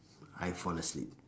I fall asleep